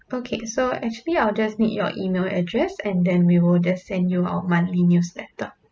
okay so actually I'll just need your email address and then we will just send you our monthly newsletter